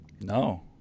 no